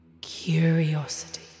Curiosity